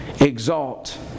exalt